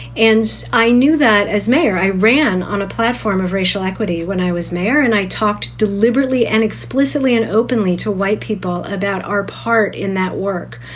and i knew that as mayor, i ran on a platform of racial equity when i was mayor. and i talked deliberately and explicitly and openly to white people about our part in that work,